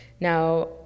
Now